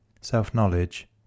self-knowledge